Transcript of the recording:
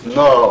no